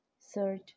search